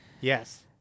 yes